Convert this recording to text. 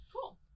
cool